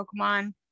Pokemon